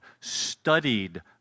studied